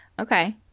okay